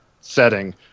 setting